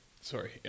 sorry